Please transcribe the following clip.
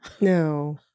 no